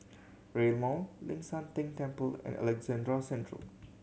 Rail Mall Ling San Teng Temple and Alexandra Central